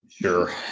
Sure